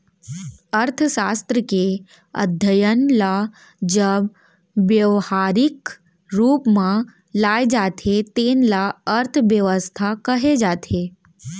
अर्थसास्त्र के अध्ययन ल जब ब्यवहारिक रूप म लाए जाथे तेन ल अर्थबेवस्था कहे जाथे